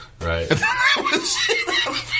right